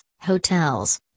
hotels